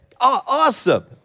Awesome